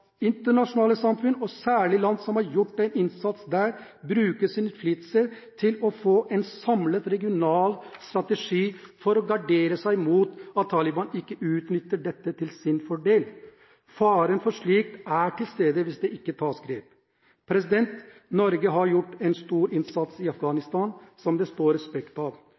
internasjonale samfunn, og særlig land som har gjort en innsats i Afghanistan, bruker sin innflytelse til å få en samlet regional strategi for å gardere seg mot at Taliban utnytter dette til sin fordel. Faren for dette er til stede hvis det ikke tas grep. Norge har gjort en stor innsats i Afghanistan som det står respekt av.